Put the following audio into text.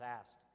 asked